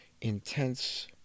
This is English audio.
intense